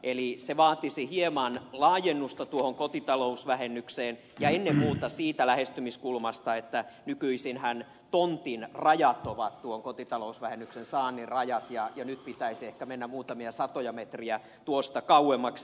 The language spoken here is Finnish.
eli se vaatisi hieman laajennusta kotitalousvähennykseen ja ennen muuta siitä lähestymiskulmasta että nykyisinhän tontin rajat ovat kotitalousvähennyksen saannin rajat ja nyt pitäisi ehkä mennä muutamia satoja metrejä tuosta kauemmaksi